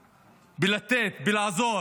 בלתת, בלעזור